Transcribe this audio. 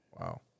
Wow